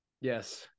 Yes